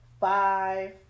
five